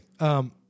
Okay